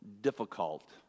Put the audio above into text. difficult